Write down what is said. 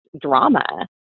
drama